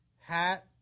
hat